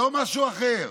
לא משהו אחר.